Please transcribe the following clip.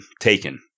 taken